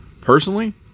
Personally